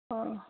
ꯑ